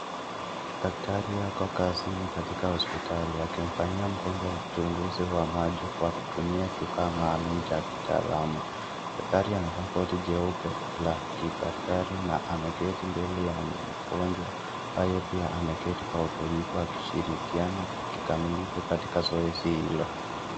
Daktari ako kazi katika hospitali akimfanyia mgonjwa uchnguzi ya macho kwa kutumia kifaa maalum ya kitaalamu daktari amevaa koti jeupe ya kudaktari na ameketi mbele ya mgonjwa ambaye pia ameketi kwa utulifu akishirikiana kikilifu katika zoezi hilo.